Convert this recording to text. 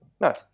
Nice